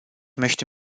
möchte